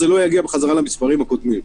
זה לא יחזור למספרים הקודמים.